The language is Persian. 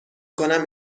کنم